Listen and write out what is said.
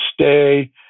stay